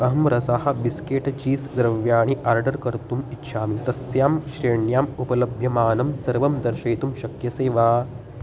अहं रसः biscuit cheese द्रव्याणि आर्डर् कर्तुम् इच्छामि तस्यां श्रेण्याम् उपलभ्यमानं सर्वं दर्शयितुं शक्यसे वा